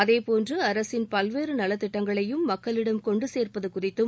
அதேபோன்று அரசின் பல்வேறு நலத்திட்டங்களையும் மக்களிடம் கொண்டு சேர்ப்பது குறித்தும்